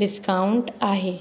discount आहे